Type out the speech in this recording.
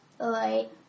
Alright